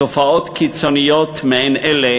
תופעות קיצוניות מעין אלה